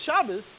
Shabbos